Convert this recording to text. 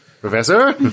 Professor